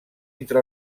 entre